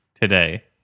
today